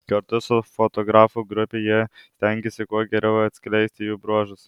kartu su fotografų grupe jie stengėsi kuo geriau atskleisti jų bruožus